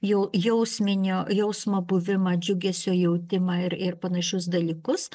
jau jausminio jausmo buvimą džiugesio jautimą ir ir panašius dalykus